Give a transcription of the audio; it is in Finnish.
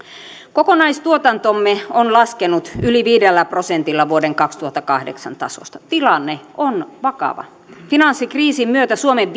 kokonaistuotantomme on laskenut yli viidellä prosentilla vuoden kaksituhattakahdeksan tasosta tilanne on vakava finanssikriisin myötä suomen